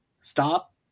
stop